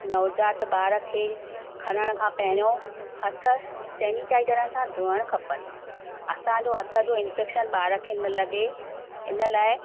नवजात ॿार खे खणण खां पहिरियों हथ सैनिटाइजर सां धोअणु खपनि असांजो हथ जो इन्फैक्शन ॿार खे न लॻे इन लाइ